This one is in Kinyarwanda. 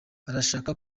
arashaka